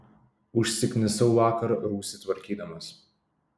užsiknisau vakar rūsį tvarkydamas